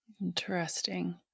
Interesting